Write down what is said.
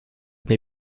may